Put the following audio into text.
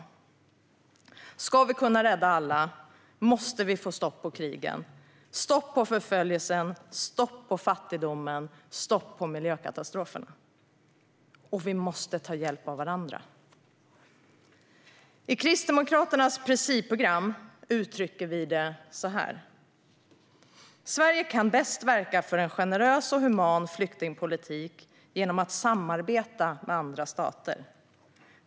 Ska vi kunna rädda alla måste vi få stopp på krigen, stopp på förföljelsen, stopp på fattigdomen och stopp på miljökatastroferna. Och vi måste ta hjälp av varandra. I Kristdemokraternas principprogram uttrycker vi det så här: "Sverige kan bäst verka för en generös och human flyktingpolitik genom att samarbeta med andra stater.